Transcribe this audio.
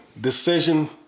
decision